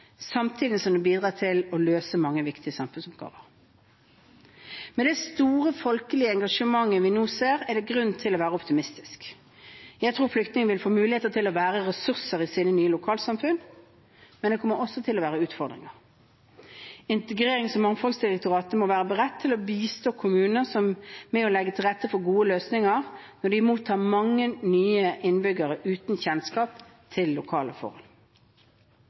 samtidig som den bidrar til å løse mange viktige samfunnsoppgaver. Med det store folkelige engasjementet vi nå ser, er det grunn til å være optimistisk. Jeg tror flyktningene vil få muligheter til å være ressurser i sine nye lokalsamfunn, men det kommer også til å være utfordringer. Integrerings- og mangfoldsdirektoratet må være beredt til å bistå kommuner med å legge til rette for gode løsninger når de mottar mange nye innbyggere uten kjennskap til lokale forhold.